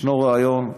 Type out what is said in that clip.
יש רעיון,